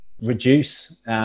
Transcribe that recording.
reduce